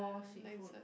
old street foods